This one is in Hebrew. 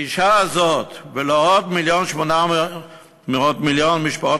לאישה הזאת ולעוד 1.8 מיליון משפחות